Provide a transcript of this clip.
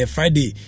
Friday